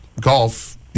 golf